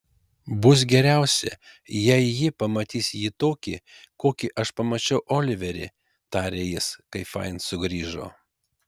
bus geriausia jei ji pamatys jį tokį kokį aš pamačiau oliverį tarė jis kai fain sugrįžo